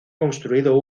construido